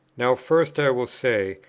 now first i will say,